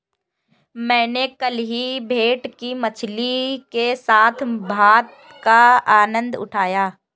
मैंने कल ही भेटकी मछली के साथ भात का आनंद उठाया